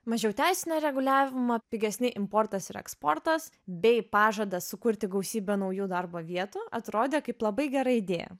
mažiau teisinio reguliavimo pigesni importas ir eksportas bei pažadas sukurti gausybę naujų darbo vietų atrodė kaip labai gera idėja